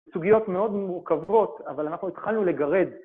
סוגיות מאוד מורכבות, אבל אנחנו התחלנו לגרד.